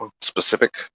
specific